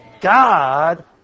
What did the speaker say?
God